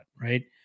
right